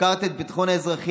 הפקרת את ביטחון האזרחים,